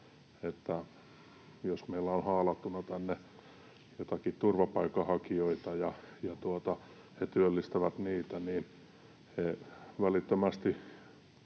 jos meillä on haalattuna tänne joitakin turvapaikanhakijoita. Jos he työllistävät niitä, niin he välittömästi